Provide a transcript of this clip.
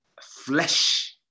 flesh